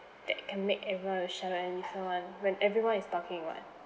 that can make everyone to shut up and listen [one] when everyone is talking [what]